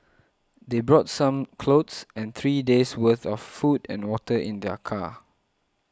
they brought some clothes and three days' worth of food and water in their car